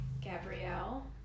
Gabrielle